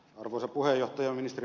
arvoisa puhemies